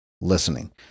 listening